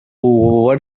what